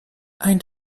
ein